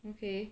okay